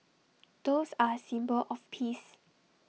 doves are A symbol of peace